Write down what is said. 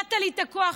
נתת לי את הכוח,